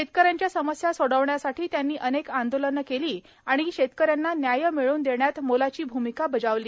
शेतकऱ्याच्या समस्या सोडविण्यासाठी त्यांनी अनेक आंदोलने केली आणि शेतकऱ्यांना न्याय मिळवून देण्यात मोलाची भमिका बजावली